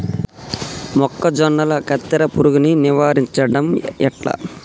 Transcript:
మొక్కజొన్నల కత్తెర పురుగుని నివారించడం ఎట్లా?